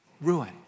ruin